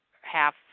half